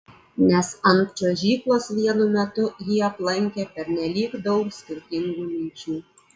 nes ant čiuožyklos vienu metu jį aplankė pernelyg daug skirtingų minčių